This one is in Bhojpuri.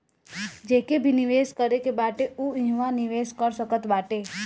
जेके भी निवेश करे के बाटे उ इहवा निवेश कर सकत बाटे